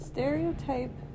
Stereotype